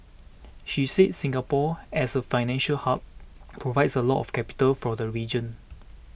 she said Singapore as a financial hub provides a lot of capital for the region